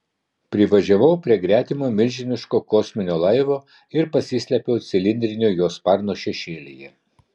privažiavau prie gretimo milžiniško kosminio laivo ir pasislėpiau cilindrinio jo sparno šešėlyje